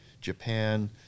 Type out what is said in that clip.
Japan